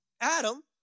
Adam